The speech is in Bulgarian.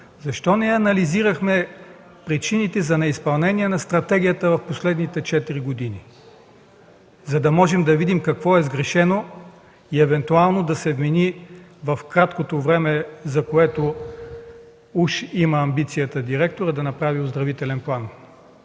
защо не анализирахме причините за неизпълнение на стратегията в последните 4 години, за да можем да видим какво е сгрешено и евентуално да се вмени в краткото време, за което уж има амбицията директорът да направи оздравителен план.